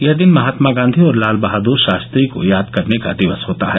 यह दिन महात्मा गांधी और लाल बहादुर शास्त्री को याद करने का दिवस होता है